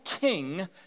king